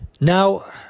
Now